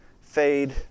fade